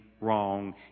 wrong